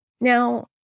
Now